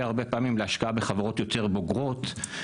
הרבה פעמים להשקעה בחברות יותר בוגרות.